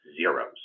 zeros